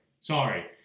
Sorry